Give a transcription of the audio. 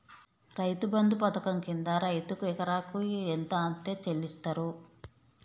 రైతు బంధు పథకం కింద రైతుకు ఎకరాకు ఎంత అత్తే చెల్లిస్తరు?